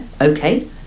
okay